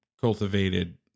cultivated